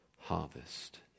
harvest